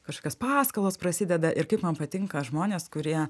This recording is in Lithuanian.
kažkokios paskalos prasideda ir kaip man patinka žmonės kurie